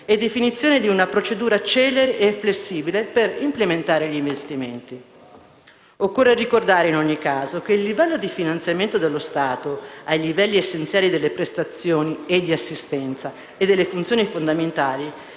definizione di una procedura celere flessibile per implementare gli investimenti. Occorre ricordare in ogni caso che il livello di finanziamento dello Stato ai livelli essenziali di assistenza e delle prestazioni, nonché delle funzioni fondamentali,